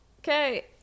okay